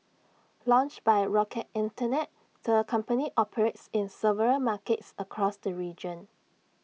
launched by rocket Internet the company operates in several markets across the region